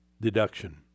deduction